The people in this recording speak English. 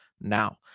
now